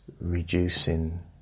Reducing